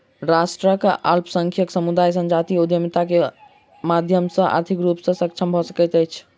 राष्ट्रक अल्पसंख्यक समुदाय संजातीय उद्यमिता के माध्यम सॅ आर्थिक रूप सॅ सक्षम भ सकै छै